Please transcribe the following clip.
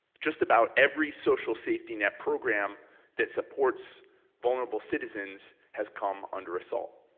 just about every social safety net program that supports vulnerable citizens has come under assault.